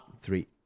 three